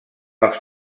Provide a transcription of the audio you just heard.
els